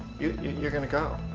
you're gonna go.